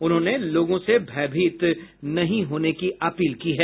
उन्होंने लोगों से भयभीत नहीं होने की अपील की है